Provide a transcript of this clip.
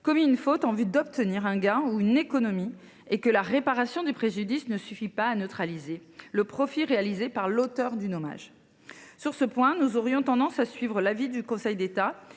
commis une faute en vue d’obtenir un gain ou une économie et lorsque la réparation du préjudice ne suffit pas à neutraliser le profit qu’il a réalisé. Sur ce point, nous aurions tendance à suivre l’avis émis tant